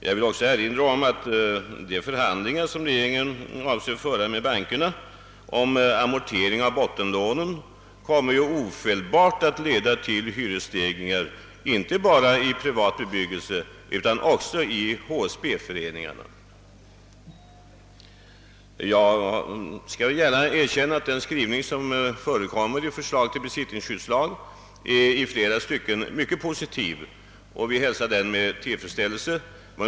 Jag vill också erinra om att de förhandlingar som regeringen ämnar föra med bankerna om amortering av bottenlånen omedelbart kommer att leda till hyresstegringar inte bara i privata fastigheter utan även i HSB-föreningarnas fastigheter. | Jag skall gärna erkänna att den skrivning som förekommer i förslaget till besittningsskyddslag i flera stycken är mycket positiv, och vi hälsar den med tillfredsställelse.